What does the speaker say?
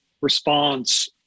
response